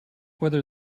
whether